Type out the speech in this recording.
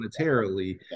monetarily